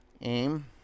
Aim